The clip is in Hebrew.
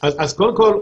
אז קודם כל,